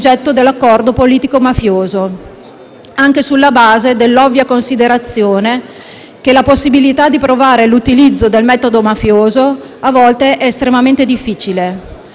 anche sulla base dell'ovvia considerazione che la possibilità di provare l'utilizzo del metodo mafioso, a volte, è estremamente difficile.